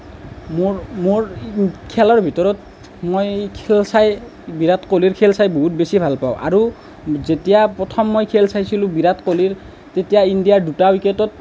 মোৰ মোৰ খেলৰ ভিতৰত মই খেল চাই বিৰাট কোহলিৰ খেল চাই বহুত বেছি ভাল পাওঁ আৰু যেতিয়া প্ৰথম মই খেল চাইছিলোঁ বিৰাট কোহলিৰ তেতিয়া ইণ্ডিয়াৰ দুটা উইকেটত